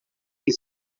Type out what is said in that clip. que